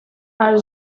are